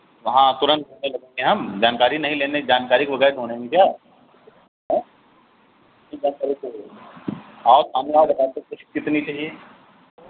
हाँ तुरंत ढूँढेंगे हम जानकारी नहीं लेंगे जानकारी के बग़ैर ढूँढेंगे क्या अयँ आओ सामने आओ बताते हैं कुछ कितनी चाहिए